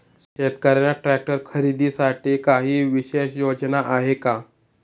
शेतकऱ्यांना ट्रॅक्टर खरीदीसाठी काही विशेष योजना आहे का?